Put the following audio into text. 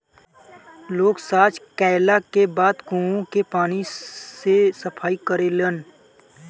लोग सॉच कैला के बाद कुओं के पानी से सफाई करेलन